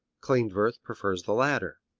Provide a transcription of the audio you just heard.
klindworth prefers the latter.